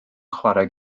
chwarae